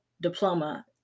diploma